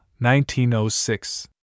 1906